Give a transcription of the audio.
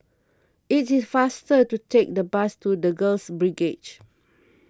It is faster to take the bus to the Girls Brigade